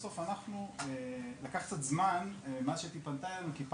זה לקח קצת זמן עד ש --- פנתה אלינו ומדובר